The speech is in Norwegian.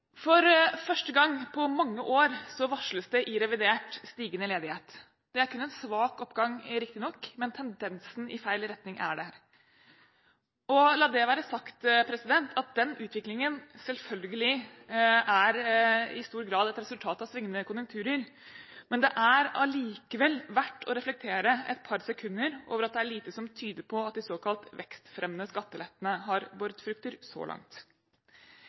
For første gang på mange år varsles det i revidert stigende ledighet. Det er kun en svak oppgang, riktignok, men tendensen i feil retning er det. La det være sagt: Den utviklingen er selvfølgelig i stor grad et resultat av svingende konjunkturer, men det er likevel verdt å reflektere et par sekunder over at det er lite som tyder på at de såkalte vekstfremmende skattelettene har båret frukter så langt.